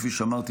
כפי שאמרתי,